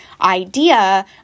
idea